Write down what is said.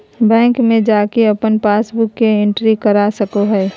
bank में जाके अपन पासबुक के एंट्री करा सको हइ